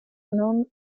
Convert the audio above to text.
non